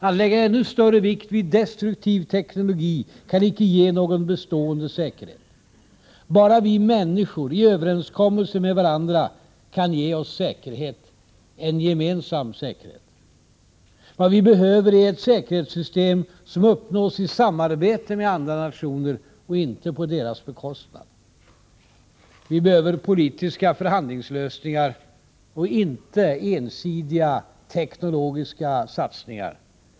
Att lägga ännu större vikt vid destruktiv teknologi kan icke ge någon bestående säkerhet. Bara vi människor, i överenskommelser med varandra, kan ge oss säkerhet, en gemensam säkerhet. Vad vi behöver är ett säkerhetssystem som uppnås i samarbete med andra nationer, och inte på dessas bekostnad. Vi behöver politiska förhandlingslösningar, och inte ensidiga teknologiska satsningar.